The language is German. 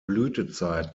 blütezeit